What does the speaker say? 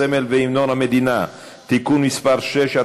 הסמל והמנון המדינה (תיקון מס' 6),